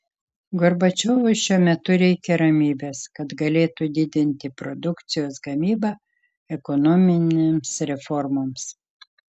gorbačiovui šiuo metu reikia ramybės kad galėtų didinti produkcijos gamybą ekonominėms reformoms